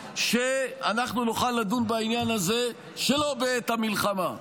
שאנחנו נוכל לדון בעניין הזה שלא בעת המלחמה.